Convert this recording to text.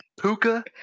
Puka